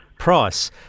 Price